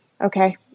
okay